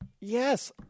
Yes